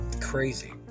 crazy